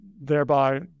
thereby